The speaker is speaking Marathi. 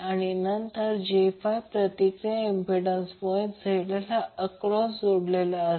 आणि नंतर j5 प्रतिक्रिया इम्पिडंसमुळे ZL हा अक्रॉस जोडलेला आहे